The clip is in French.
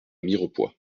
mirepoix